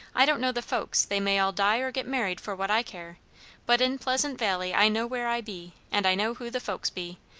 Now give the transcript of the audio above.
i don't know the folks they may all die or get married for what i care but in pleasant valley i know where i be, and i know who the folks be.